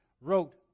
wrote